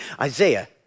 Isaiah